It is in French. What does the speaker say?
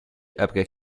après